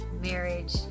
marriage